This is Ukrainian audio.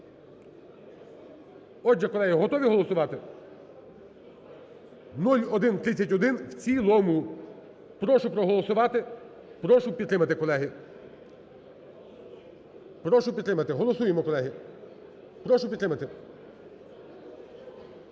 Отже, колеги, готові голосувати? 0131, в цілому. Прошу проголосувати, прошу підтримати, колеги. Прошу підтримати, голосуємо, колеги. Прошу підтримати.